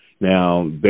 Now